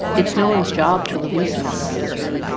it's no one's job to release a known abuser.